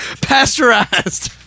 Pasteurized